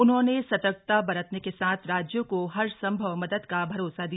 उन्होंने सतर्कता बरतने के साथ राज्यों को हर सम्भव मदद का भरोसा दिया